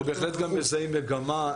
מזהים מגמה,